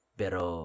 pero